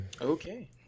Okay